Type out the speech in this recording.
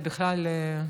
זה בכלל,